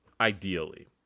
ideally